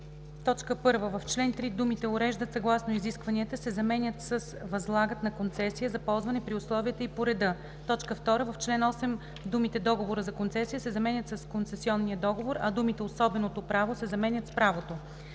1. В чл. 3 думите „уреждат съгласно изискванията“ се заменят с „възлагат на концесия за ползване при условията и по реда“. 2. В чл. 8 думите „договора за концесия“ се заменят с „концесионния договор“, а думите „особеното право“ се заменят с „правото“.“